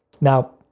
Now